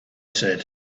said